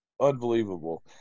unbelievable